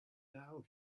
now